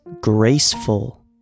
graceful